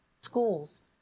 Schools